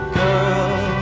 girl